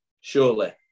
surely